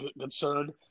concerned